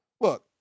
Look